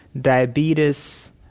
diabetes